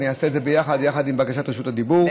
אעשה את זה יחד עם בקשת רשות הדיבור,